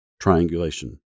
Triangulation